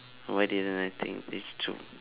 why didn't I think this through